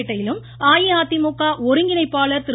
கல்லூரியிலும் அஇஅதிமுக ஒருங்கிணைப்பாளர் திரு